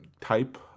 type